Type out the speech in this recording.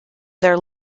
their